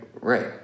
Right